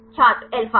छात्र अल्फा